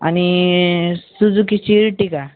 आणि सुजुकीची इर्टीगा